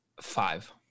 Five